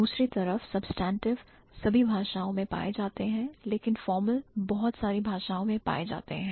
दूसरी तरफ substantive सभी भाषाओं में पाए जाते हैं लेकिन formal बहुत सारी भाषाओं में पाए जाते हैं